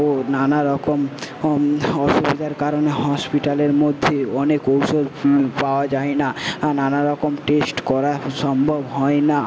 ও নানা রকম ওম অসুবিধার কারণে হসপিটালের মধ্যে অনেক ঔষধ পাওয়া যায় না নানা রকম টেস্ট করা সম্ভব হয় না